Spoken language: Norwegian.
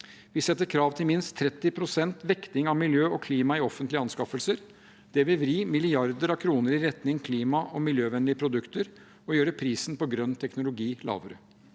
Vi setter krav til minst 30 pst. vekting av miljø og klima i offentlige anskaffelser. Det vil vri milliarder av kroner i retning klima- og miljøvennlige produkter og gjøre prisen på grønn teknologi lavere.